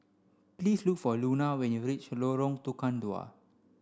please look for Luna when you reach Lorong Tukang Dua